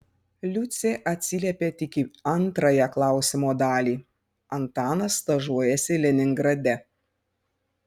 liucė atsiliepė tik į antrąją klausimo dalį antanas stažuojasi leningrade